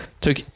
took